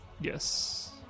yes